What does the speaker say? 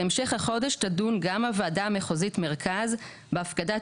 בהמשך החודש תדון גם הוועדה המחוזית מרכז בהפקדת